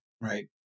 right